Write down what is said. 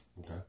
Okay